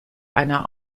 einer